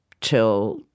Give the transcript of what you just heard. till